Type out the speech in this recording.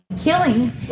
killings